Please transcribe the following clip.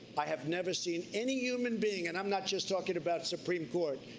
i have never seen any human being, and i'm not just talking about supreme court,